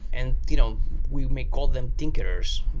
and you know we may call them thinkers,